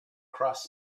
cross